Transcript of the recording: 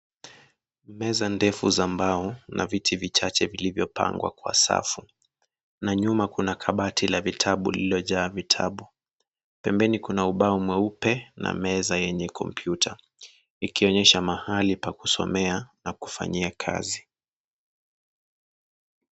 Meza ndefu za mbao na viti vichache vilivyopangwa kwa safu na nyuma kuna kabati la vitabu lililojaa vitabu. Pembeni kuna ubao mweupe na meza yenye kompyuta. Ikionyesha mahali pa kusomea na kufanyia kazi.